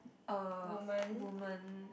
uh woman